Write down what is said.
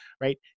right